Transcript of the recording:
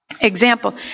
example